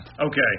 Okay